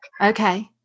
Okay